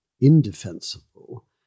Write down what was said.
indefensible